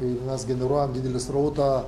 kai mes generuojam didelį srautą